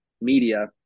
media